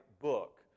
book